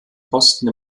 posten